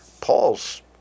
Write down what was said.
Paul's